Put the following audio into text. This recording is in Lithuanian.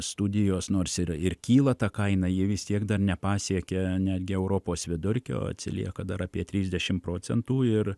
studijos nors yra ir kyla ta kaina ji vis tiek dar nepasiekė netgi europos vidurkio atsilieka dar apie trisdešim procentų ir